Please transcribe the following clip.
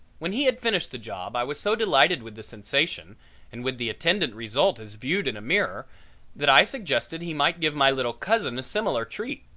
when he had finished the job i was so delighted with the sensation and with the attendant result as viewed in a mirror that i suggested he might give my little cousin a similar treat.